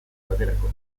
baterako